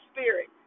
Spirit